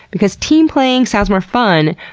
because team playing sounds more fun.